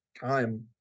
time